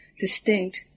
distinct